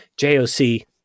JOC